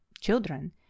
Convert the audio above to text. Children